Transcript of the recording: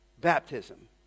baptism